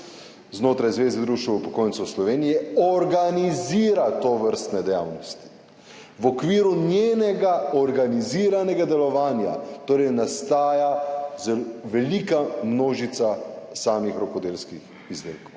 znotraj Zveze društev upokojencev Slovenije organizira tovrstne dejavnosti. V okviru njenega organiziranega delovanja torej nastaja zel…, velika množica samih rokodelskih izdelkov.